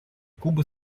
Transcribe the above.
кубы